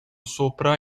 sopra